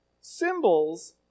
symbols